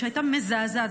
שהייתה מזעזעת,